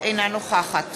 אינה נוכחת